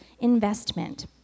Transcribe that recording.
investment